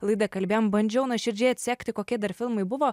laidą kalbėjom bandžiau nuoširdžiai atsekti kokie dar filmai buvo